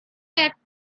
back